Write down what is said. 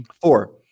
Four